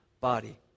body